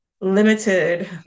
limited